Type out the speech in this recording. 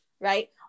Right